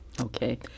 Okay